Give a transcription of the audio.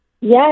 Yes